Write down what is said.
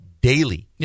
daily